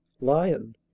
lion